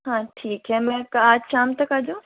हाँ ठीक है मैं आज शाम तक आ जाऊं